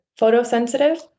photosensitive